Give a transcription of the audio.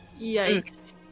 Yikes